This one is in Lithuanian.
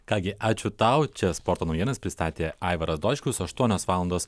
ką gi ačiū tau čia sporto naujienas pristatė aivaras dočkus aštuonios valandos